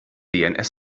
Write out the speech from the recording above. dns